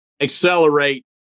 accelerate